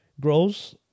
grows